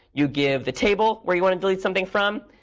you give the table where you want to delete something from.